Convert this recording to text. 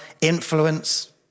influence